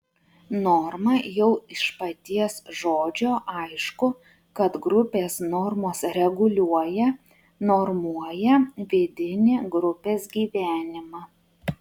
norma jau iš paties žodžio aišku kad grupės normos reguliuoja normuoja vidinį grupės gyvenimą